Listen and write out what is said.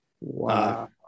Wow